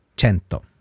Cento